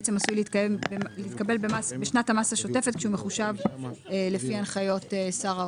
להתקבל בשנת המס השוטפת כשהוא מחושב לפי הנחיות שר האוצר.